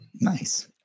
Nice